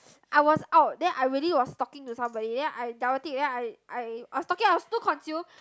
I was out then I already was talking to somebody then I I I was talking I was too consumed